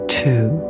two